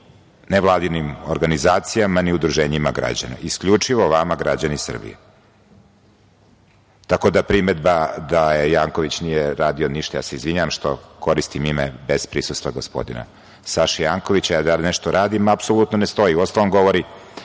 nevladinim organizacijama, ni udruženjima građana, isključivo vama, građani Srbije. Tako da, primedba da Janković nije radio ništa, ja se izvinjavam što koristim ime bez prisustva gospodina Saše Jankovića, da li nešto radim, apsolutno ne stoji. Uostalom, govori